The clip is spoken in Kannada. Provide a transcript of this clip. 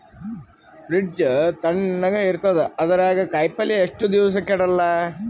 ಫ್ರಿಡ್ಜ್ ತಣಗ ಇರತದ, ಅದರಾಗ ಕಾಯಿಪಲ್ಯ ಎಷ್ಟ ದಿವ್ಸ ಕೆಡಲ್ಲ?